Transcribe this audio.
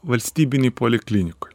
valstybinėj poliklinikoj